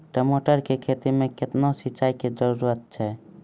टमाटर की खेती मे कितने सिंचाई की जरूरत हैं?